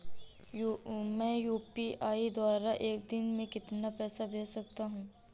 मैं यू.पी.आई द्वारा एक दिन में कितना पैसा भेज सकता हूँ?